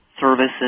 services